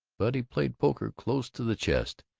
but he played poker close to the chest.